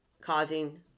causing